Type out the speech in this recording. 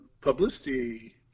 publicity